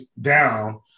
down